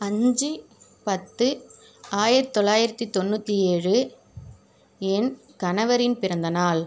அஞ்சு பத்து ஆயரத்தி தொள்ளாயிரத்தி தொண்ணூற்றி ஏழு என் கணவரின் பிறந்தநாள்